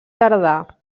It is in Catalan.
tardà